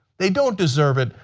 they don't deserve it.